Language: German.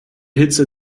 hitze